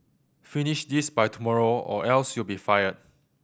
finish this by tomorrow or else you'll be fired